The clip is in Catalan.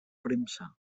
premsa